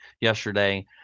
yesterday